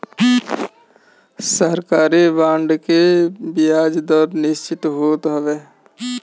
सरकारी बांड के बियाज दर निश्चित होत हवे